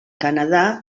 canadà